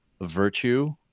virtue